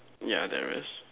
yeah there is